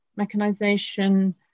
mechanisation